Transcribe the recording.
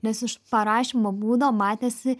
nes iš parašymo būdo matėsi